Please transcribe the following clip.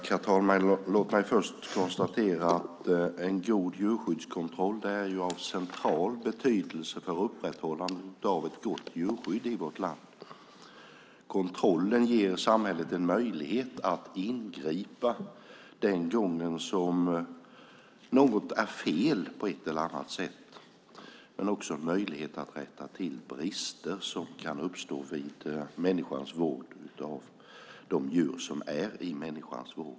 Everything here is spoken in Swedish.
Herr talman! Låt mig först konstatera att en god djurskyddskontroll är av central betydelse för upprätthållandet av ett gott djurskydd i vårt land. Kontrollen ger samhället en möjlighet att ingripa den gången som något är fel på ett eller annat sätt, men också möjlighet att rätta till brister som kan uppstå vid människans skötsel av de djur som är i hennes vård.